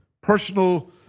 personal